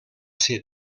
ser